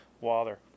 water